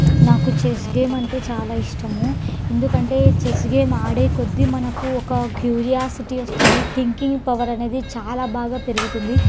నాకు chess game అంటే చాలా ఇష్టము ఎందుకంటే చెస్ గేమ్ ఆడే కొద్దీ మనకు ఒక క్యూరియాసిటీ వస్తుంది థింకింగ్ పవర్ అనేది చాలా బాగా పెరుగుతుంది